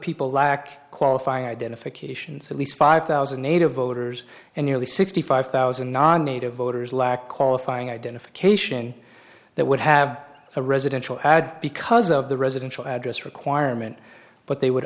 people lack qualifying identifications at least five thousand native voters and nearly sixty five thousand non native voters lack qualifying identification that would have a residential ad because of the residential address requirement but they would